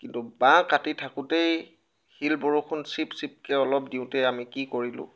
কিন্তু বাঁহ কাটি থাকোঁতেই শিল বৰষুণ অলপ চিপচিপকৈ দিওঁতেই আমি কি কৰিলোঁ